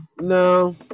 no